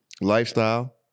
Lifestyle